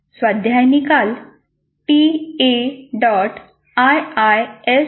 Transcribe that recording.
स्वाध्याय निकाल ta